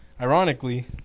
Ironically